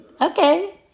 Okay